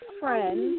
friend